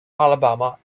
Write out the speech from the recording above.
alabama